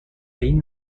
این